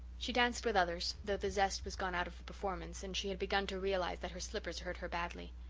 she danced with others, though the zest was gone out of the performance and she had begun to realize that her slippers hurt her badly.